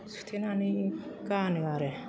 सुथेनानै गानो आरो